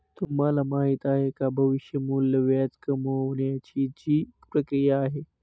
तुम्हाला माहिती आहे का? भविष्य मूल्य व्याज कमावण्याची ची प्रक्रिया आहे